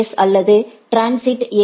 S அல்லது transit A